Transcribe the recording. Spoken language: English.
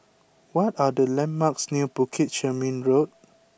what are the landmarks near Bukit Chermin Road